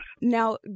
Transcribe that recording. Now